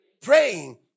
Praying